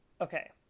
Okay